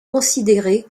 considéré